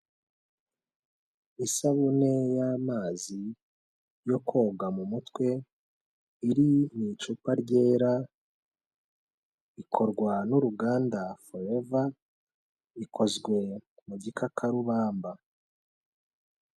Isabune y'amazi yo koga mu mutwe iri mu icupa ryera, ikorwa n'uruganda Forever, ikozwe mu gikakarubamba.